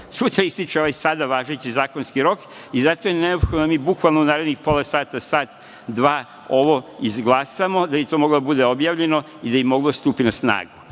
sutra ističe ovaj sada važeći zakonski rok i zato je neophodno da mi bukvalno u narednih pola sata, sat, dva ovo izglasamo da bi to moglo da bude objavljeno i da bi moglo da stupi na snagu. Dakle,